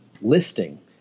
listing